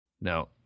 Now